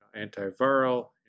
antiviral